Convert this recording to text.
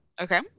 Okay